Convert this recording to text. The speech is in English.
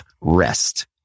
rest